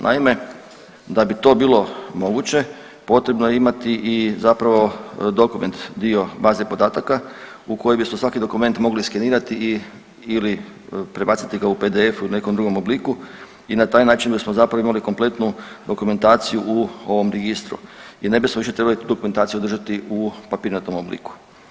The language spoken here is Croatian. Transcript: Naime, da bi to bilo moguće, potrebno je imati i zapravo dokument dio baze podataka u kojem bismo svaki dokument mogli skenirati i, ili prebaciti ga u PDF ili u nekom drugom obliku i na taj način bismo zapravo imali kompletnu dokumentaciju u ovom Registru i ne bismo više trebali tu dokumentaciju držati u papirnatom obliku.